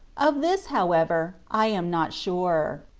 of this, however, i am not sure.